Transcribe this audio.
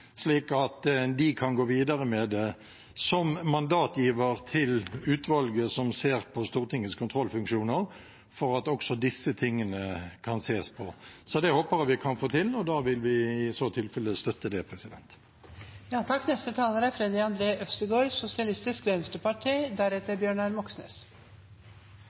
slik at de som mandatgiver kan gå videre med det til utvalget som ser på Stortingets kontrollfunksjoner, for at også disse tingene kan ses på. Det håper jeg vi kan få til, og da vil vi i så tilfelle støtte det. Anskaffelsen av de nye kampflyene er